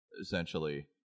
essentially